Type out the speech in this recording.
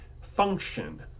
function